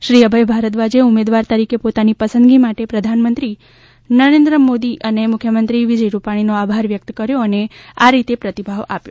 શ્રી અભય ભારદ્વાજે ઉમેદવાર તરીકે પોતાની પસંદગી માટે પ્રધાનમંત્રી નરેન્દ્ર મોદી અને મુખ્યમંત્રી વિજય રૂપાણીનો આભાર વ્યક્ત કર્યો અને આ રીતે પ્રતિભાવ આપ્યો